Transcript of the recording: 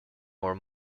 more